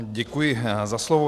Děkuji za slovo.